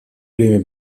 время